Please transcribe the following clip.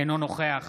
אינו נוכח